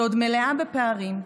שעוד מלאה בפערים,